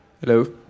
Hello